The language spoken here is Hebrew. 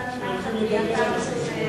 ואתה נימקת: